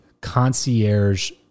concierge